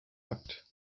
akt